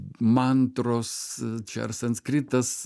mantros čia ar sanskritas